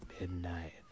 Midnight